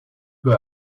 peu